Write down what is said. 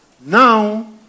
Now